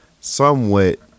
somewhat